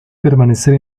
permanecer